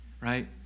Right